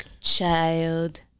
child